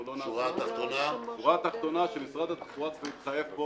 שורה התחתונה, שמשרד התחבורה צריך להתחייב פה